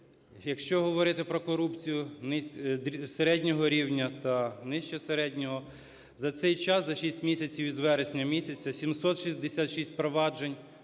якщо говорити про корупцію середнього рівня та нижче середнього, за цей час за 6 місяців з вересня місяця 766 проваджень